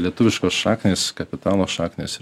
lietuviškos šaknys kapitalo šaknys